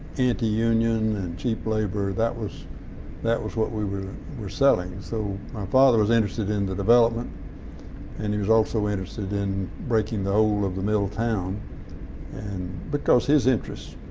anti-union and cheap labor that was that was what we were were selling. so, my father was interested in the development and he was also interested in breaking the whole of the mill town and because his interests.